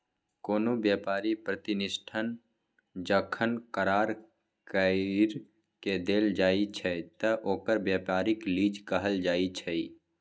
कोनो व्यापारी प्रतिष्ठान जखन करार कइर के देल जाइ छइ त ओकरा व्यापारिक लीज कहल जाइ छइ